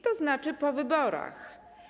To znaczy: po wyborach.